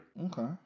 Okay